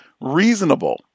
reasonable